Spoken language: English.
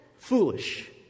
Foolish